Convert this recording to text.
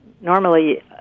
normally